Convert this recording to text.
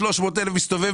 300,000 מטרים,